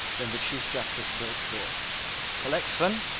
when the chief justice broke forth pollexfen,